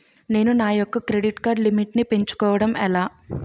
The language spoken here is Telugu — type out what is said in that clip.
నేను నా యెక్క క్రెడిట్ కార్డ్ లిమిట్ నీ పెంచుకోవడం ఎలా?